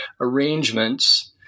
arrangements